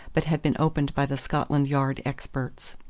but had been opened by the scotland yard experts.